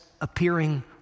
appearing